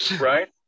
right